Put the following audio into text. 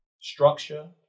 Structure